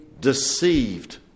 deceived